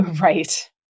Right